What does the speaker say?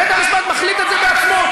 בית-המשפט מחליט את זה בעצמו.